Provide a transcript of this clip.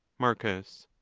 marcus.